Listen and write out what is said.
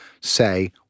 say